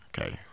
Okay